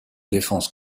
défense